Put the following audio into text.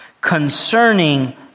concerning